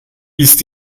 ist